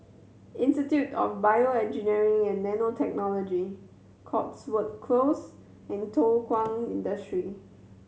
Institute of BioEngineering and Nanotechnology Cotswold Close and Thow Kwang Industry